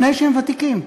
לפני שהם ותיקים.